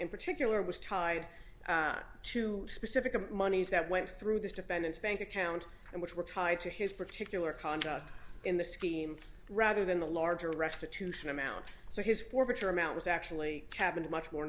in particular was tied to specific monies that went through this defendant's bank account and which were tied to his particular conduct in the scheme rather than the larger restitution amount so his forfeiture amount was actually have been much more